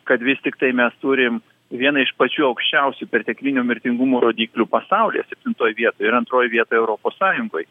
kad vis tiktai mes turim vieną iš pačių aukščiausių perteklinio mirtingumo rodiklių pasaulyje septintoj vietoj ir antroj vietoj europos sąjungoj